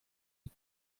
eat